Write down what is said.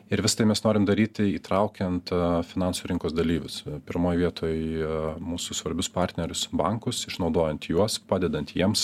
ir visa tai mes norim daryti įtraukiant finansų rinkos dalyvius pirmoj vietoj mūsų svarbius partnerius bankus išnaudojant juos padedant jiems